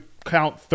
count